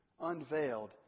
unveiled